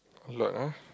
a lot ah